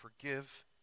forgive